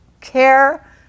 care